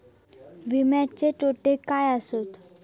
विमाचे तोटे काय आसत?